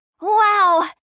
Wow